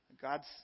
God's